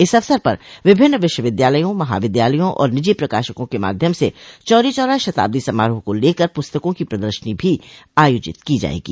इस अवसर पर विभिन्न विश्वविद्यालयों महाविद्यालयों और निजी प्रकाशकों के माध्यम से चौरी चौरा शताब्दी समारोह को लेकर पुस्तकों की प्रदर्शनी भी आयोजित की जायेगी